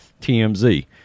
TMZ